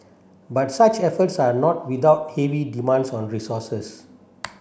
but such efforts are not without heavy demands on resources